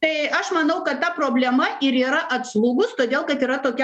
tai aš manau kad ta problema ir yra atslūgus todėl kad yra tokia